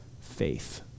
faith